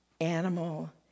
animal